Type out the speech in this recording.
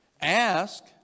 Ask